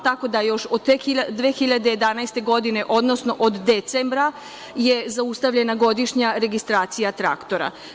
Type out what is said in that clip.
Tako da još od 2011. godine, odnosno od decembra je zaustavljena godišnja registracija traktora.